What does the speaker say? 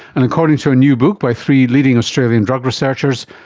and according to a new book by three leading australian drug researchers,